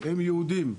הם יהודים.